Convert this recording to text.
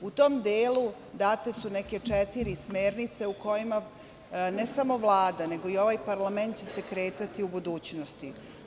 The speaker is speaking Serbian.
U tom delu date su neke četiri smernice u kojima ne samo Vlada, nego i ovaj parlament će se kretati u budućnosti.